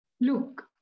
Look